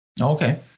Okay